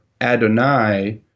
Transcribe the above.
Adonai